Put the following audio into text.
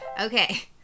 Okay